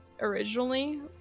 originally